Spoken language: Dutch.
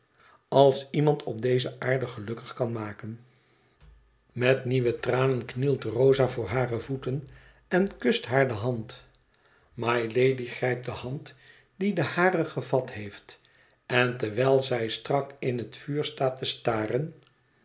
als iemand op deze aarde gelukkig kan maken met nieuwe tranen knielt rosa voor hare voeten en kust haar de hand mylady grijpt de hand die de hare gevat heeft en terwijl zij strak in het vuur staat te staren